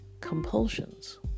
compulsions